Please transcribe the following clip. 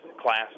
class